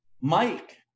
Mike